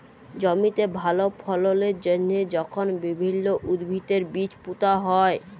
জমিতে ভাল ফললের জ্যনহে যখল বিভিল্ল্য উদ্ভিদের বীজ পুঁতা হ্যয়